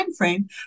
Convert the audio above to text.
timeframe